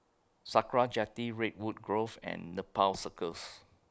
Sakra Jetty Redwood Grove and Nepal Circus